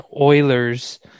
Oilers